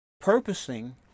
purposing